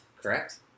correct